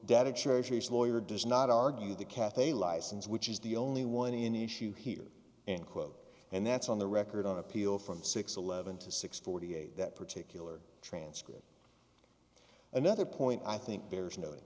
data treasuries lawyer does not argue the cathay license which is the only one in issue here and quote and that's on the record on appeal from six eleven to six forty eight that particular transcript another point i think bears no